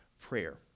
prayer